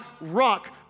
rock